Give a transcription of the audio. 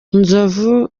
nzovu